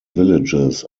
villages